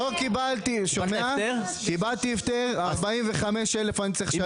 קיבלתי הפטר 45,000 אני צריך לשלם.